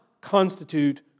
constitute